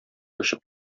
очып